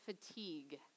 fatigue